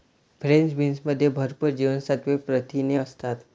French बीन्समध्ये भरपूर जीवनसत्त्वे, प्रथिने असतात